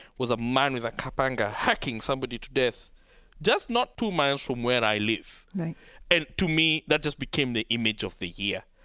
was a man with a like ah panga hacking somebody to death just not two miles from where i live right and to me that just became the image of the year.